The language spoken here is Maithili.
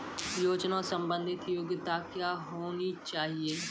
योजना संबंधित योग्यता क्या होनी चाहिए?